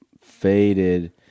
faded